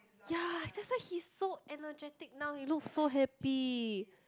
yea that's why he so energetic now he looks so happy